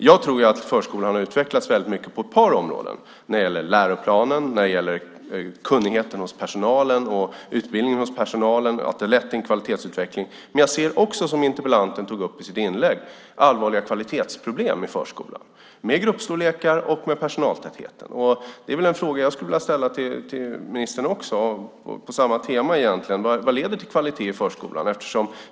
Jag tror att förskolan har utvecklats väldigt mycket på ett par områden - när det gäller läroplanen, kunnigheten och utbildningen hos personalen och att det har lett till en kvalitetsutveckling. Men jag ser också, som interpellanten tog upp i sitt inlägg, allvarliga kvalitetsproblem i förskolan med gruppstorlekar och med personaltätheten. Det är också en fråga, egentligen på samma tema, som jag skulle vilja ställa till ministern: Vad leder till kvalitet i förskolan?